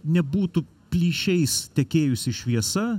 nebūtų plyšiais tekėjusi šviesa